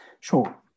Sure